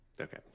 okay